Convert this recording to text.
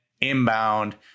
inbound